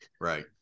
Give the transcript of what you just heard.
Right